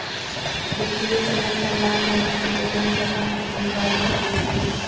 वित्तीय सेवा का लाभ लेने के लिए बैंक अकाउंट अनिवार्यता जरूरी है?